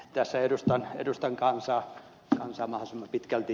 tässä edustan kansaa mahdollisimman pitkälti